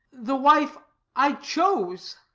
the wife i chose?